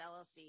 LLC